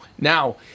now